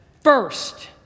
first